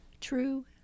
true